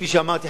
ולא מש"ס,